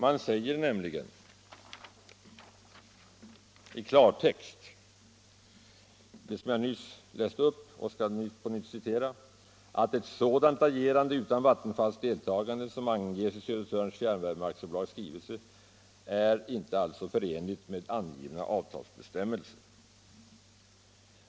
Man säger nämligen i klartext ”att ett sådant agerande utan Vattenfalls deltagande som anges i Södertörns fjärrvärmeaktiebolags skrivelse” inte är ”förenligt med angivna avtalsbestämmelser”.